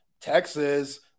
Texas